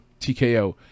TKO